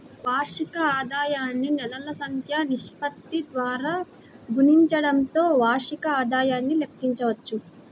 వార్షిక ఆదాయాన్ని నెలల సంఖ్య నిష్పత్తి ద్వారా గుణించడంతో వార్షిక ఆదాయాన్ని లెక్కించవచ్చు